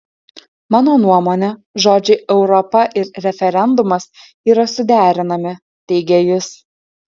mano nuomone žodžiai europa ir referendumas yra suderinami teigė jis